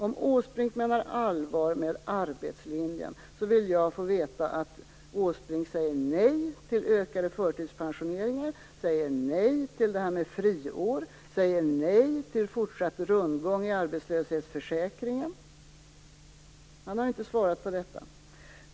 Om Åsbrink menar allvar med arbetslinjen vill jag få veta att han säger nej till ökade förtidspensioneringar, nej till friår och nej till fortsatt rundgång i arbetslöshetsförsäkringen. Han har inte svarat på detta.